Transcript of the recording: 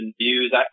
views